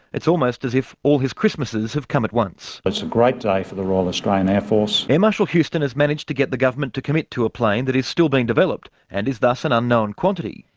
it's almost as if all his christmases have come at once. it's a great day for the royal australian air force. air marshall houston has managed to get the government to commit to a plane that is still being developed and is thus an unknown quantity.